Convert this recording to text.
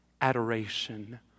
adoration